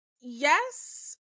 yes